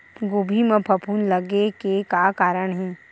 गोभी म फफूंद लगे के का कारण हे?